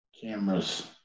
cameras